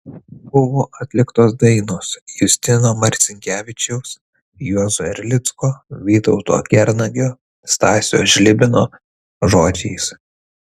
buvo atliktos dainos justino marcinkevičiaus juozo erlicko vytauto kernagio stasio žlibino žodžiais